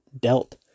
dealt